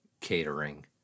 catering